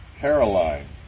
Caroline